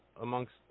amongst